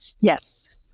Yes